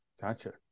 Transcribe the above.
Gotcha